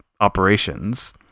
operations